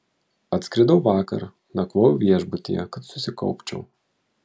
atskridau vakar nakvojau viešbutyje kad susikaupčiau